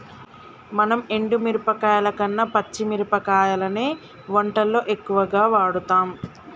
మనం ఎండు మిరపకాయల కన్న పచ్చి మిరపకాయలనే వంటల్లో ఎక్కువుగా వాడుతాం